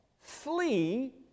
flee